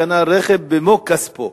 וקנה רכב במו-כספו.